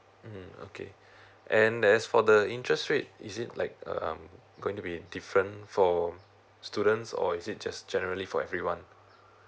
mm okay and that's for the interest rate is it like um going to be different for students or is it just generally for everyone